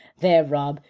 there, rob,